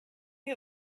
you